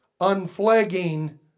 unflagging